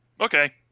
Okay